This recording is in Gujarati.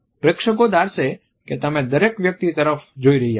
પ્રેક્ષકો ધારશે કે તમે દરેક વ્યક્તિ તરફ જોઈ રહ્યાં છો